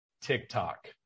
TikTok